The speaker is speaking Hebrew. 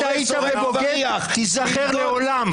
בוגד היית ובוגד תיזכר לעולם.